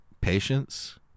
patience